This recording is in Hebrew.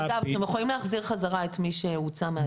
בעניין --- אתם יכולים להחזיר את מי שהוצא מהישיבה.